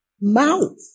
mouth